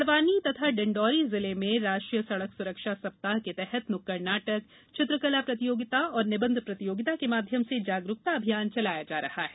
बड़वानी और डिण्डौरी जिले में राष्ट्रीय सड़क सुरक्षा सप्ताह के तहत नुक्कड़ नाटक चित्रकला प्रतियोगिता और निबंध प्रतियोगिता के माध्यम र्से जागरुकता अभियान चलाया जा रहा है